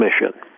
mission